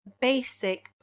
basic